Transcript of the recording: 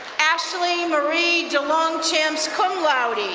ashley marie delong chimps, cum laude.